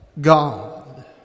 God